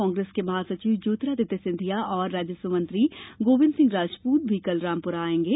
कांग्रेस के महासचिव ज्योतिरादित्य सिंधिया और राजस्व मंत्री गोविंद सिंह राजपूत भी कल रामपुरा आएंगे